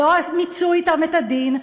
לא מיצו אתם את הדין,